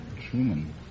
Truman